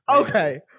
Okay